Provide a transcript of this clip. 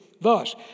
Thus